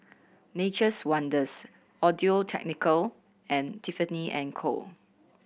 Nature's Wonders Audio Technica and Tiffany and Co